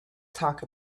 talk